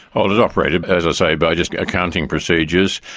ah and it operated, as i say, by just accounting procedures,